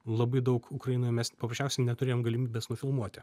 labai daug ukrainoj mes paprasčiausiai neturėjom galimybės nufilmuoti